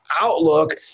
outlook